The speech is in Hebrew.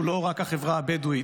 הוא לא רק החברה הבדואית.